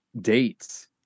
dates